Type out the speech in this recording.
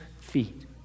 feet